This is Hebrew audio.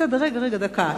דקה.